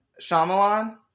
Shyamalan